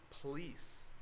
police